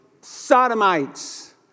sodomites